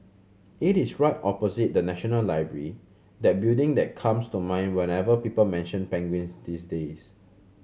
it is right opposite the National Library that building that comes to mind whenever people mention penguins these days